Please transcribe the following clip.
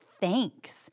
thanks